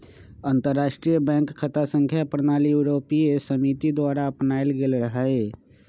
अंतरराष्ट्रीय बैंक खता संख्या प्रणाली यूरोपीय समिति द्वारा अपनायल गेल रहै